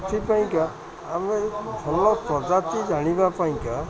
ସେଥିପାଇଁକା ଆମେ ଭଲ ପ୍ରଜାତି ଜାଣିବା ପାଇଁକା